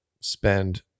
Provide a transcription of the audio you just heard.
spend